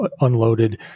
unloaded